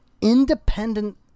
independent